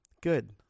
good